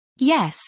Yes